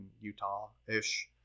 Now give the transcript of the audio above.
Utah-ish